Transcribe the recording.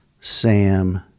Sam